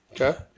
Okay